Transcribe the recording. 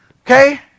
okay